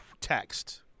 text